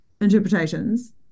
interpretations